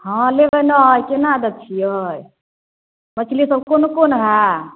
हँ लेबै ने कोना दै छियै मछली सब कोन कोन है